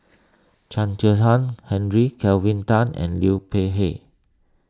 Chen Kezhan Henri Kelvin Tan and Liu Peihe